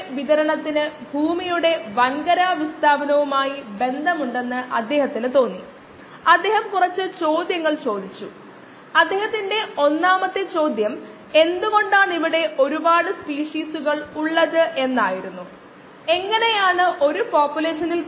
എന്നിരുന്നാലും എൻറെ അനുഭവത്തിൽ മിക്ക ആളുകൾക്കും അവരുടെ സ്വാഭാവിക നൈപുണ്യമായി പ്രോബ്ലം സോൾവിങ് എന്നത് ഇല്ലായെന്ന് ഞാൻ കണ്ടെത്തി